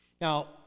Now